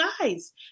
guys